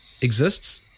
exists